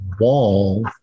wall